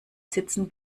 sitzen